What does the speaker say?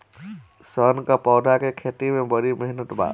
सन क पौधा के खेती में बड़ी मेहनत बा